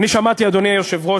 אדוני היושב-ראש,